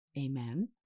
Amen